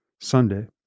Sunday